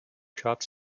dropped